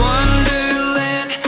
Wonderland